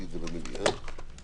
הישיבה ננעלה בשעה 16:23.